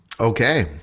Okay